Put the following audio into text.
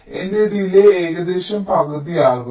അതിനാൽ എന്റെ ഡിലേയ് ഏകദേശം പകുതി ആകും